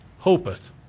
Hopeth